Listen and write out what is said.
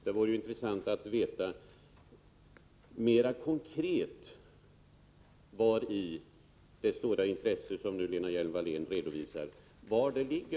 Det vore intressant att få veta mera tagning till gymnakonkret vari det stora intresse som Lena Hjelm-Wallén nu redovisar ligger.